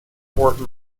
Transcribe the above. fort